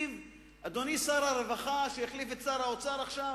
אדוני שר הרווחה שהחליף את שר האוצר עכשיו,